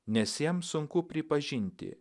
nes jam sunku pripažinti